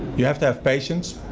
you have to have patience.